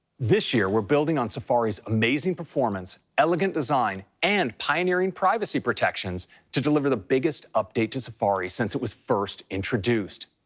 this year, we're building on safari's amazing performance, elegant design and pioneering privacy protections to deliver the biggest update to safari since it was first introduced.